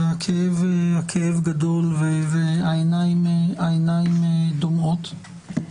הכאב גדול והעיניים דומעות.